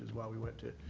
is why we went to,